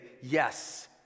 yes